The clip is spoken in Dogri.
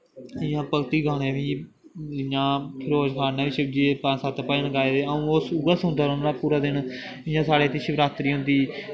जियां भगती गाने मिगी जियां फिरोज खान ने बी शिवजी दे पंज सत्त भजन गाए दे अ'ऊं उ'ऐ सुनदा रौंह्दा होन्नां पूर दिन जियां साढ़े इत्थें शिवरात्री होंदी